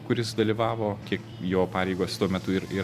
kuris dalyvavo kiek jo pareigos tuo metu ir ir